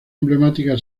emblemática